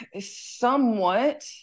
somewhat